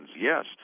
Yes